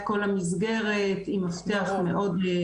אנחנו מעוניינים לא שיצבע את כל המסגרת עם מפתח מאוד ספציפי.